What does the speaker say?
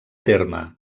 terme